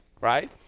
right